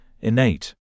innate